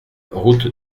route